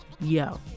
Yo